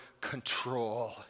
control